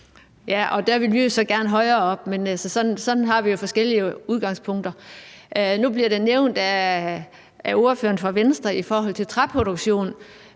Ja, og der vil jo så gerne højere op, men sådan har vi jo forskellige udgangspunkter. Nu bliver der af ordføreren fra Venstre nævnt træproduktion.